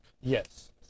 Yes